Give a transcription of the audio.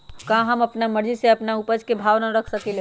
का हम अपना मर्जी से अपना उपज के भाव न रख सकींले?